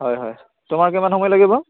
হয় হয় তোমাৰ কিমান সময় লাগিব